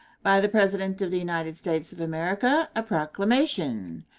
by the president of the united states of america. a proclamation.